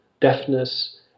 deafness